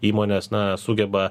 įmonės na sugeba